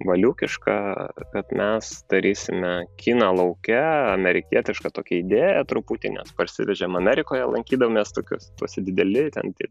valiūkiška kad mes darysime kiną lauke amerikietišką tokią idėją truputį nes parsivežėm amerikoje lankydavomės tokius tokie dideli ten tie